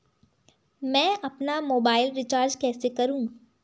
मैं अपना mobile recharge कैसे करूँ?